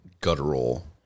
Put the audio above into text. guttural